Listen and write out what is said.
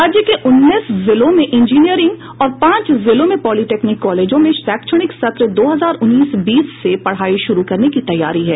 राज्य के उन्नीस जिलों में इंजीनियरिंग और पांच जिलों में पॉलिटेक्निक कॉलेजों में शैक्षणिक सत्र दो हजार उन्नीस बीस से पढ़ाई शुरू करने की तैयारी है